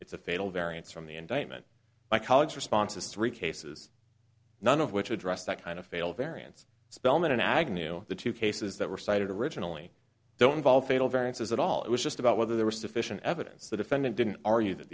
it's a fatal variance from the indictment by college responses three cases none of which address that kind of fail variance spellman agnew the two cases that were cited originally don't fall fatal variances at all it was just about whether there was sufficient evidence the defendant didn't argue that